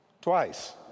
Twice